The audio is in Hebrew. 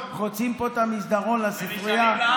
אתם חוצים פה את המסדרון לספרייה,